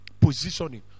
Positioning